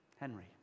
Henry